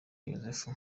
yozefu